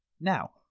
now